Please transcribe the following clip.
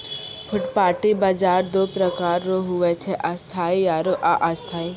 फुटपाटी बाजार दो प्रकार रो हुवै छै स्थायी आरु अस्थायी